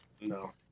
no